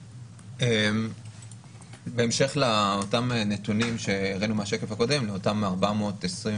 בהמשך לנתונים מהשקף הקודם, אותם 427